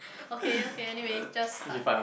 okay okay anyway just start